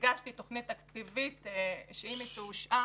הגשתי תוכנית תקציבית, שאם היא תאושר